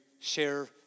share